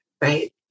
Right